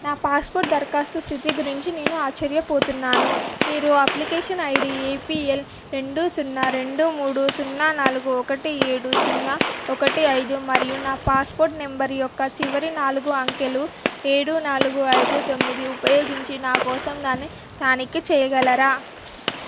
నా పాస్పోర్ట్ దరఖాస్తు స్థితి గురించి నేను ఆశ్చర్యపోతున్నాను మీరు అప్లికేషన్ ఐడీ ఏపిఎల్ రెండు సున్నా రెండు మూడు సున్నా నాలుగు ఒకటి ఏడు సున్నా ఒకటి ఐదు మరియు నా పాస్పోర్ట్ నంబర్ యొక్క చివరి నాలుగు అంకెలు ఏడు నాలుగు ఐదు తొమ్మిది ఉపయోగించి నా కోసం దాన్ని తానిఖీ చేయగలరా